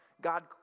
God